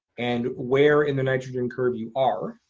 and where in the nitrogen curve you are.